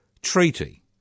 Treaty